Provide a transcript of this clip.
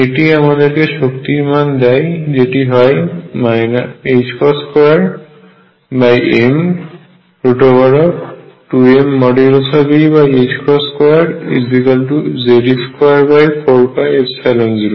এটি আমাদেরকে শক্তির মান দেয় যেটি হয় 2m2mE2Ze24π0